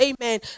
amen